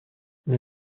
une